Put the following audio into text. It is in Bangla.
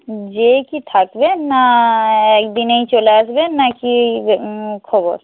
গিয়ে কি থাকবেন না একদিনেই চলে আসবেন না কি খবর